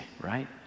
right